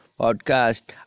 podcast